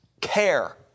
care